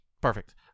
Perfect